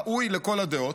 ראוי לכל הדעות,